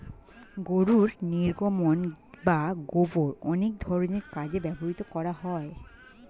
গরুর নির্গমন বা গোবর অনেক ধরনের কাজে ব্যবহৃত হয়